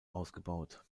ausgebaut